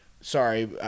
sorry